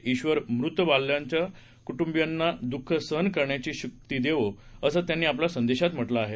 ईंबर मृत बालकांच्याकुटुंबियांना दुःख सहन करायची शक्ती देवो असं त्यांनी आपल्या संदेशात म्हटलं आहे